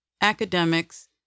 academics